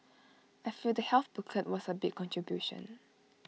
I feel the health booklet was A big contribution